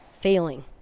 failing